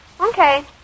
Okay